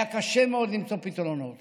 היה קשה מאוד למצוא פתרונות.